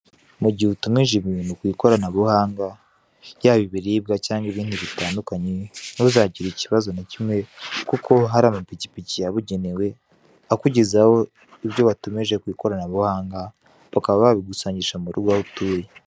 Mu gihe utumije ibintu ku ikoranabuhanga yaba ibiribwa cyangwa ibindi bitandukanye ntuzagire ikibazo na kimwe kuko hari amapikipiki yabugenewe akugezaho ibyo watumije ku ikoranabuhanga, bakaba babigusangisha mu rugo aho utuye.